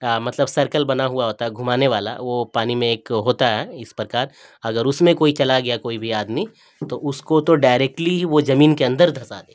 مطلب سرکل بنا ہوا ہوتا ہے گھمانے والا وہ پانی میں ایک ہوتا ہے اس پرکار اگر اس میں کوئی چلا گیا کوئی بھی آدمی تو اس کو تو ڈائریکٹلی ہی وہ زمین کے اندر دھنسا دے